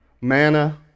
manna